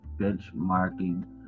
benchmarking